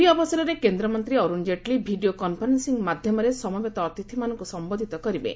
ଏହି ଅବସରରେ କେନ୍ଦ୍ରମନ୍ତ୍ରୀ ଅରୁଣ ଜେଟ୍ଲୀ ଭିଡ଼ିଓ କନ୍ଫରେନ୍ସିଂ ମାଧ୍ୟମରେ ସମବେତ ଅତିଥିମାନଙ୍କୁ ସମ୍ଘୋଧିତ କରିବେ